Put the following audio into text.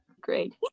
great